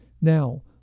Now